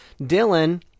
Dylan